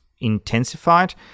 intensified